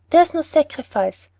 there is no sacrifice.